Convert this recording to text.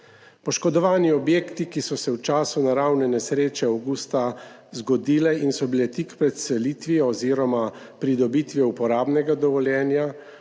Poškodovani objekti, ki so se v času naravne nesreče avgusta zgodile in so bile tik pred selitvijo oziroma pridobitvijo uporabnega dovoljenja,